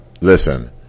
listen